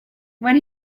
when